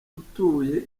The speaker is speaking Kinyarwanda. atuye